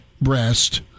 breast